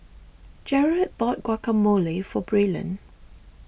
Jerod bought Guacamole for Braylon